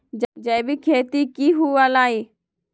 जैविक खेती की हुआ लाई?